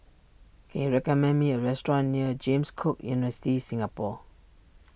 can you recommend me a restaurant near James Cook University Singapore